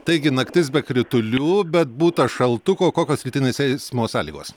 taigi naktis be kritulių bet būta šaltuko kokios rytinės eismo sąlygos